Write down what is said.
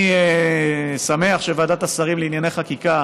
אני שמח שוועדת השרים לענייני חקיקה